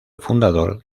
fundador